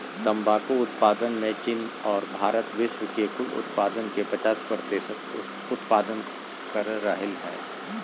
तंबाकू उत्पादन मे चीन आर भारत विश्व के कुल उत्पादन के पचास प्रतिशत उत्पादन कर रहल हई